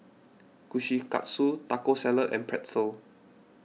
Kushikatsu Taco Salad and Pretzel